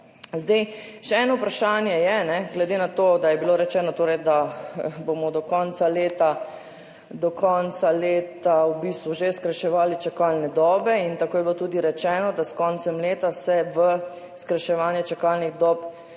Zdaj še eno vprašanje je, glede na to, da je bilo rečeno, torej, da bomo do konca leta v bistvu že skrajševali čakalne dobe in tako je bilo tudi rečeno, da s koncem leta se v skrajševanje čakalnih dob,